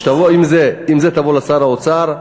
עם זה תבוא לשר האוצר,